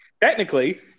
technically